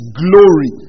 glory